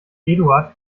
eduard